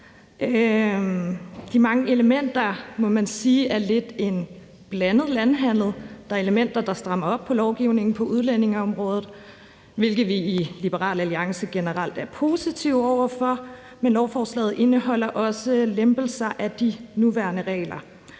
De mange elementer må man sige er lidt en blandet landhandel. Der er elementer, der strammer op på lovgivningen på udlændingeområdet, hvilket vi i Liberal Alliance generelt er positive over for, men lovforslaget indeholder også en lempelse af de nuværende regler.